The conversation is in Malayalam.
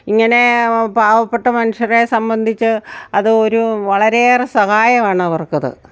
ഇങ്ങനെ പാവപ്പെട്ട മനുഷ്യരെ സംബന്ധിച്ച് അത് ഒരു വളരെയേറെ സഹായമാണ് അവർക്കത്